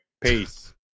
Peace